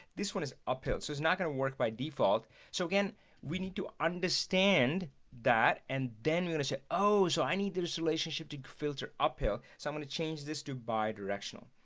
this one is uphill so it's not gonna work by default so again we need to understand that and then we're gonna say oh so i need the relationship to filter uphill so i'm gonna change this to bi-directional